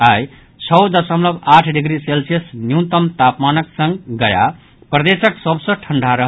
आई छओ दशमलव आठ डिग्री सेल्सियस न्यूनतम तापमानक संग गया प्रदेशक सभ सँ ठंढ़ा रहल